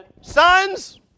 Sons